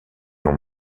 long